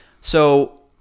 So-